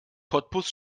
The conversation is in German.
cottbus